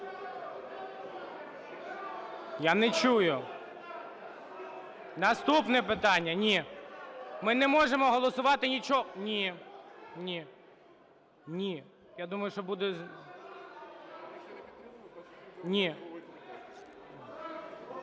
Я не чую. Наступне питання. Ні, ми не можемо голосувати нічого. Ні. Я думаю, що буде…